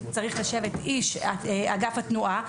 צריך לשבת איש אגף התנועה,